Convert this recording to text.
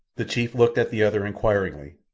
the chief looked at the other inquiringly.